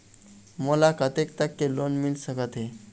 मोला कतेक तक के लोन मिल सकत हे?